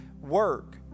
work